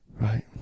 Right